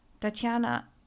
Tatiana